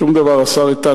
שום דבר, השר איתן.